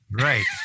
right